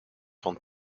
van